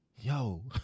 yo